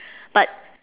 but